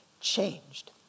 changed